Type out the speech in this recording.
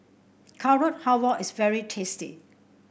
Carrot Halwa is very tasty